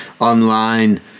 online